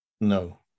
No